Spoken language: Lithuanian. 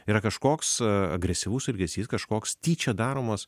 yra kažkoks agresyvus elgesys kažkoks tyčia daromas